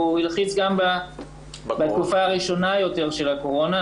והוא הלחיץ גם בתקופה הראשונה יותר של הקורונה.